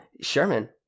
Sherman